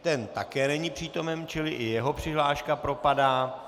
Ten také není přítomen, čili i jeho přihláška propadá.